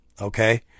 Okay